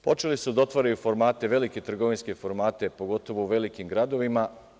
Počeli su da otvaraju formate velike trgovinske formate, pogotovo u velikim gradovima.